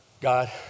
God